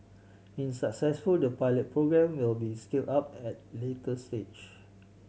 in successful the pilot programme will be scaled up at later stage